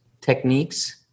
techniques